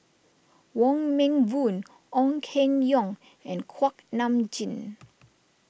Wong Meng Voon Ong Keng Yong and Kuak Nam Jin